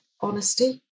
honesty